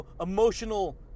emotional